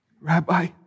Rabbi